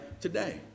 today